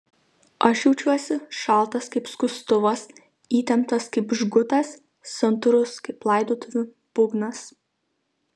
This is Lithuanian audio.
aš jaučiuosi šaltas kaip skustuvas įtemptas kaip žgutas santūrus kaip laidotuvių būgnas